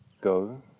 go